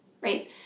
right